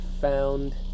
found